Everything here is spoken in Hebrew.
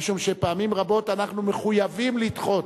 משום שפעמים רבות אנחנו מחויבים לדחות.